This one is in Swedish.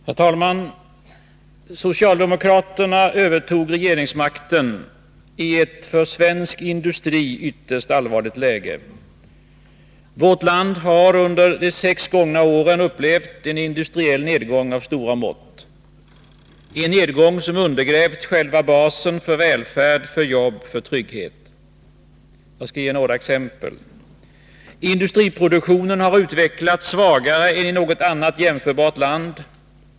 Herr talman! Socialdemokraterna övertog regeringsmakten i ett för svensk industri ytterst allvarligt läge. Vårt land har under de sex gångna åren upplevt enindustriell nedgång av stora mått, en nedgång som undergrävt själva basen för välfärd, för jobb, för trygghet. Jag skall ge några exempel. Industriproduktionen har utvecklats svagare än i något annat jämförbart land.